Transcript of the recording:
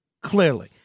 Clearly